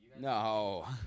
No